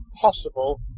possible